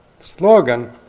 slogan